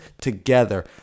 together